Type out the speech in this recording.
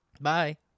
Bye